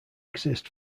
exist